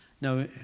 now